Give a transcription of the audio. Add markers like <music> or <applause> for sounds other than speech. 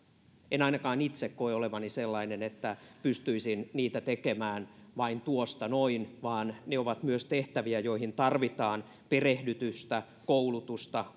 en ainakaan itse koe olevani sellainen että pystyisin niitä tekemään tuosta noin vain ne ovat myös tehtäviä joihin tarvitaan perehdytystä koulutusta <unintelligible>